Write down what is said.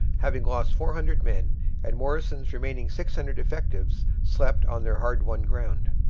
having lost four hundred men and morrison's remaining six hundred effectives slept on their hard-won ground.